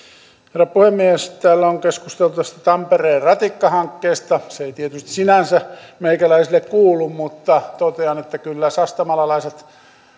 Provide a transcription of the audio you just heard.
herra puhemies täällä on keskusteltu tästä tampereen ratikkahankkeesta se ei tietysti sinänsä meikäläisille kuulu mutta totean että kyllä sastamalalaiset